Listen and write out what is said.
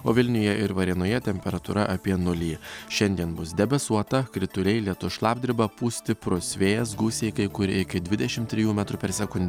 o vilniuje ir varėnoje temperatūra apie nulį šiandien bus debesuota krituliai lietus šlapdriba pūs stiprus vėjas gūsiai kai kur iki dvidešimt trijų metrų per sekundę